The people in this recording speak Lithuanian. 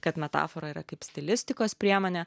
kad metafora yra kaip stilistikos priemonę